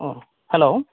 अ हेल'